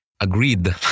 agreed